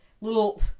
little